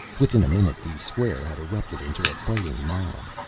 within a minute the square had erupted into a fighting mob.